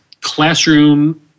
classroom